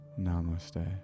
Namaste